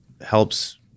helps